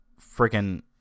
Freaking